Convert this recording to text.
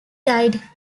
died